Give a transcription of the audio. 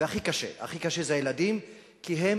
והכי קשה, הכי קשה זה הילדים, כי הם